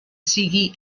sigui